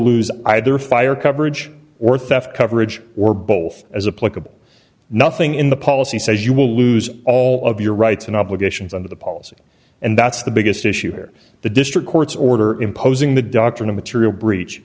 lose either fire coverage or theft coverage or both as a political nothing in the policy says you will lose all of your rights and obligations under the policy and that's the biggest issue here the district court's order imposing the doctrine of material breach